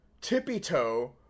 tippy-toe